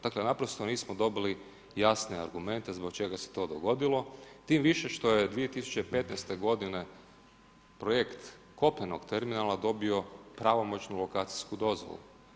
Dakle zapravo nismo dobili jasne argumente zbog čega se to dogodilo, tim više što je 2015. godine projekt kopnenog terminala dobio pravomoćnu lokacijsku dozvolu.